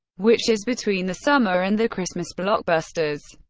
which is between the summer and the christmas blockbusters.